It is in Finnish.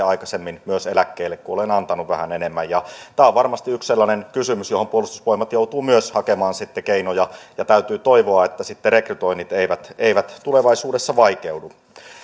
aikaisemmin myös eläkkeelle kun olen antanut vähän enemmän tämä on varmasti yksi sellainen kysymys johon puolustusvoimat myös joutuu hakemaan sitten keinoja ja täytyy toivoa että rekrytoinnit eivät eivät tulevaisuudessa vaikeudu